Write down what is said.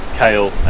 kale